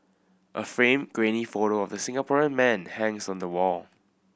a framed grainy photo of the Singaporean man hangs on the wall